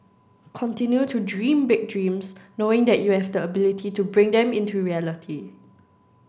continue to dream big dreams knowing that you have the ability to bring them into reality